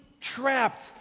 trapped